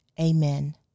Amen